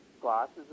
glasses